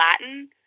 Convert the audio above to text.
Latin